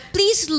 Please